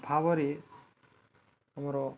ଭାବରେ ଆମର